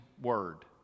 word